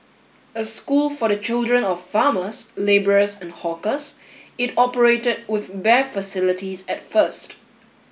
a school for the children of farmers labourers and hawkers it operated with bare facilities at first